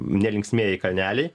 ne linksmieji kalneliai